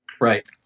Right